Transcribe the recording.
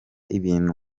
ibintu